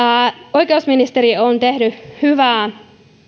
oikeusministeriö on tehnyt hyvää